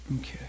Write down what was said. Okay